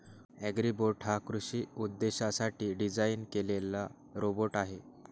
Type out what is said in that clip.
Agribot हा कृषी उद्देशांसाठी डिझाइन केलेला रोबोट आहे